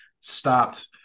stopped